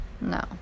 no